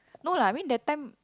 no lah I mean that time